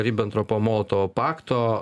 ribentropo molotovo pakto